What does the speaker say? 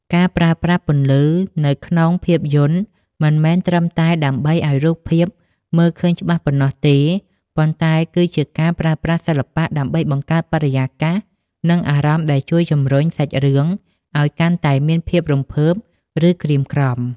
ការប្រើប្រាស់ពន្លឺនៅក្នុងភាពយន្តមិនមែនត្រឹមតែដើម្បីឱ្យរូបភាពមើលឃើញច្បាស់ប៉ុណ្ណោះទេ ប៉ុន្តែគឺជាការប្រើប្រាស់សិល្បៈដើម្បីបង្កើតបរិយាកាស និងអារម្មណ៍ដែលជួយជម្រុញសាច់រឿងឱ្យកាន់តែមានភាពរំភើប ឬក្រៀមក្រំ។